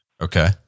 Okay